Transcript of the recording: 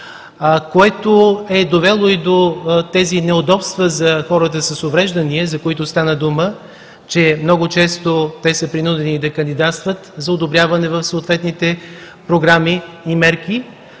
което е довело и до тези неудобства за хората с увреждания, за които стана дума – много често те са принудени да кандидатстват за одобряване в съответните програми и мерки.